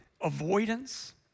avoidance